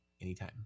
anytime